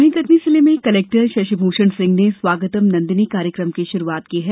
वहीं कटनी जिले में कलेक्टर शशि भूषण सिंह ने स्वागतम नंदिनी कार्यक्रम की शुरूआत की है